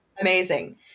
amazing